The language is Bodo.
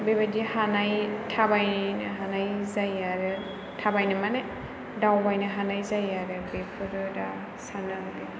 बेबायदि हानाय थाबायनो हानाय जायो आरो थाबायनो माने दावबायनो हानाय जायो आरो बेफोरो दा साननो हागोन